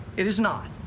it is not.